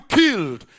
killed